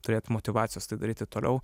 turėti motyvacijos tai daryti toliau